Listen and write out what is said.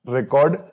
record